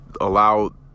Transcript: allow